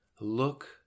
Look